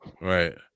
Right